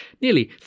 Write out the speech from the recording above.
Nearly